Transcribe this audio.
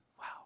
Wow